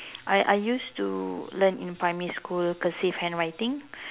I I used to learn in primary school cursive handwriting